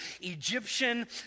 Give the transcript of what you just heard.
Egyptian